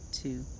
two